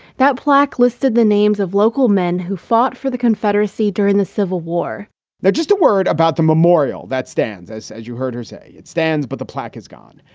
that plaque listed the names of local men who fought for the confederacy during the civil war that's just a word about the memorial that stands as as you heard her say. it stands, but the plaque is gone.